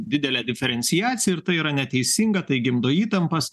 didelė diferenciacija ir tai yra neteisinga tai gimdo įtampas